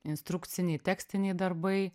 instrukciniai tekstiniai darbai